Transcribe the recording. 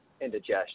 indigestion